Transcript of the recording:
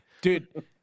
dude